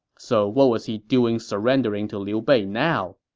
so what was he doing surrendering to liu bei now?